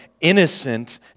innocent